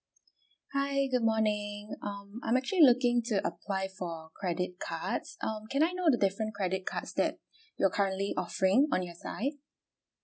hi good morning um I'm actually looking to apply for a credit cards um can I know the different credit cards that you're currently offering on your side